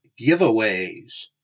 giveaways